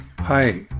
Hi